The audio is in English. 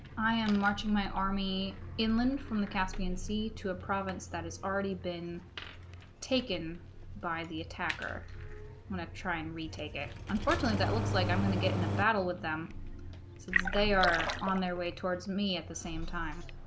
i am marching my army inland from the caspian sea to a province that has already been taken by the attacker i'm gonna try and retake it unfortunately that looks like i'm gonna get in a battle with them since they are on their way towards me at the same time